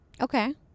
Okay